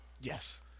Yes